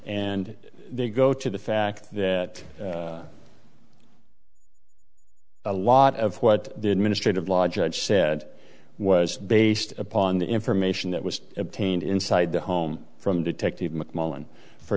and they go to the fact that a lot of what the administration blah judge said was based upon the information that was obtained inside the home from detective